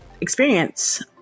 experience